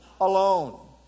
alone